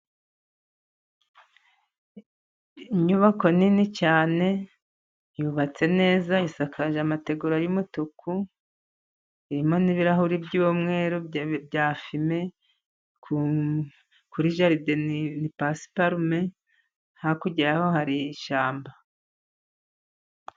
Inyubako nini cyane yubatse neza. Isakaje y'umutuku irimo n'ibirahuri by'umweru bya fime, kuri jaride ni pasiparume, hakuryaho hari ishyamba.